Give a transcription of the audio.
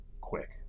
quick